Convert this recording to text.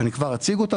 שאני כבר אציג אותה,